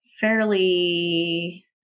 fairly